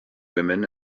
women